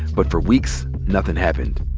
but for weeks, nothing happened.